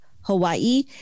Hawaii